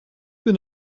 been